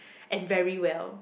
and very well